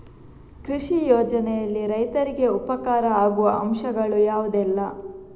ಕೃಷಿ ಯೋಜನೆಯಲ್ಲಿ ರೈತರಿಗೆ ಉಪಕಾರ ಆಗುವ ಅಂಶಗಳು ಯಾವುದೆಲ್ಲ?